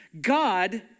God